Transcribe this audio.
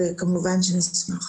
וכמובן שנשמח.